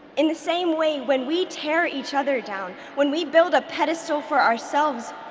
in the same way when we tear each other down, when we build a pedestal for ourselves,